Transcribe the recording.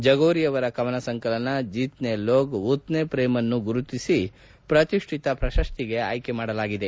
ಜಗೋರಿ ಅವರ ಕವನ ಸಂಕಲನ ಜಿತ್ಸೇ ಲೋಗ್ ಉತ್ಸೇ ಪ್ರೇಮ್ ಅನ್ನು ಗುರುತಿಸಿ ಪ್ರತಿಷ್ಠಿತ ಪ್ರಶಸ್ತಿಗೆ ಆಯ್ಲೆ ಮಾಡಲಾಗಿತ್ತು